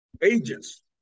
agents